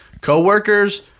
coworkers